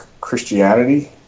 Christianity